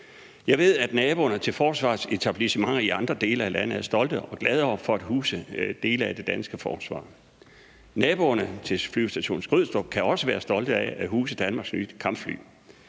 Jeg ved, at naboerne til forsvarets etablissementer i andre dele af landet er stolte og glade for at huse dele af det danske forsvar. Naboerne til Flyvestation Skrydstrup kan også være stolte af at huse Danmarks nye kampfly.